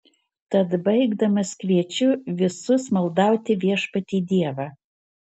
tad baigdamas kviečiu visus maldauti viešpatį dievą